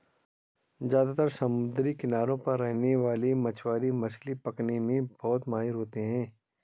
ज्यादातर समुद्री किनारों पर रहने वाले मछवारे मछली पकने में बहुत माहिर होते है